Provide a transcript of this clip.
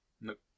Nope